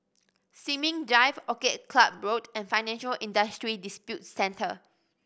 Sin Ming Drive Orchid Club Road and Financial Industry Disputes Center